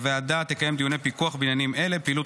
הוועדה תקיים דיוני פיקוח בעניינים אלה: פעילות